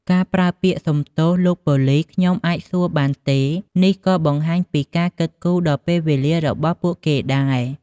ការប្រើពាក្យ "សុំទោស លោកប៉ូលិស ខ្ញុំអាចសួរបានទេ?" នេះក៏បង្ហាញពីការគិតគូរដល់ពេលវេលារបស់ពួកគេផងដែរ។